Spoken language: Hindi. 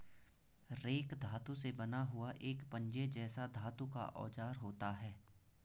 रेक धातु से बना हुआ एक पंजे जैसा धातु का औजार होता है